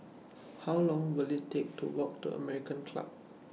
How Long Will IT Take to Walk to American Club